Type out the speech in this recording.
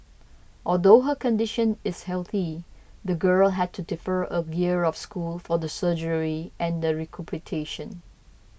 although her condition is healthy the girl had to defer a year of school for the surgery and the recuperation